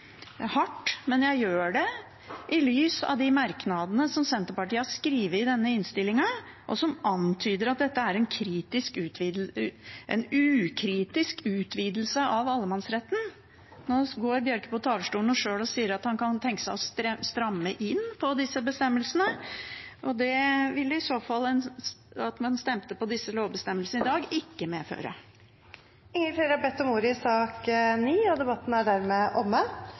hardt, men jeg gjør det i lys av de merknadene som Senterpartiet har skrevet i denne innstillingen, og som antyder at dette er «en ukritisk utvidelse av allemannsretten». Nå går Bjørke på talerstolen og sier sjøl at han kan tenke seg å stramme inn på disse bestemmelsene. Det ville i så fall det at man stemte for disse lovbestemmelsene i dag, ikke medføre. Flere har ikke bedt om ordet til sak